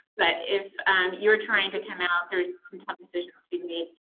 but if you're trying to come out, there's some tough decisions to be made.